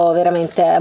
veramente